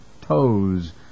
toes